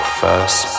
first